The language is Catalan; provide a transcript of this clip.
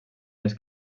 les